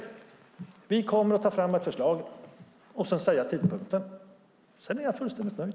Vi kommer att ta fram ett förslag. Sedan ska hon säga tidpunkten. Då är jag fullständigt nöjd.